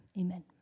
Amen